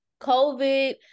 COVID